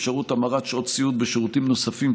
אפשרות המרת שעות סיעוד בשירותים אחרים,